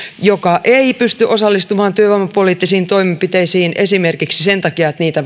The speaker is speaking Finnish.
joka ei pysty osallistumaan työvoimapoliittisiin toimenpiteisiin esimerkiksi sen takia että niitä